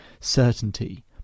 certainty